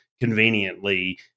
conveniently